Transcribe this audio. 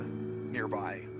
nearby